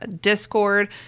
Discord